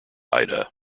ida